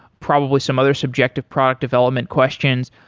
probably some other subjective product development questions.